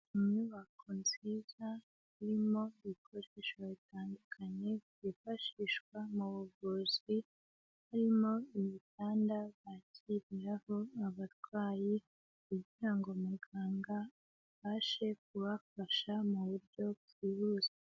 Inyubako nziza irimo ibikoresho bitandukanye byifashishwa mu buvuzi, harimo ibitanda bakiriraho abarwayi kugira ngo muganga abashe kubafasha mu buryo bwihuse.